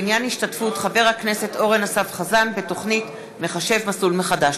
בעניין השתתפות חבר הכנסת אורן אסף חזן בתוכנית "מחשב מסלול מחדש".